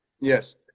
Yes